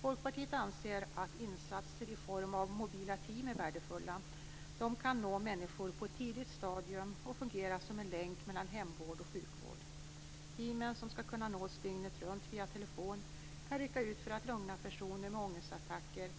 Folkpartiet anser att insatser i form av mobila team är värdefulla. Dessa kan nå människor på ett tidigt stadium och fungera som en länk mellan hemvård och sjukvård. Teamen, som skall kunna nås dygnet runt via telefon, kan rycka ut för att lugna personer med ångestattacker.